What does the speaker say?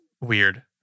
weird